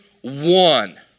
one